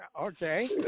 okay